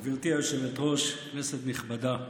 גברתי היושבת-ראש, כנסת נכבדה,